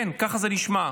כן, ככה זה נשמע.